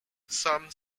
some